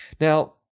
Now